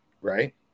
right